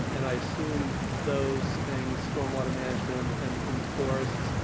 and i assume those things, storm water management and and the forest,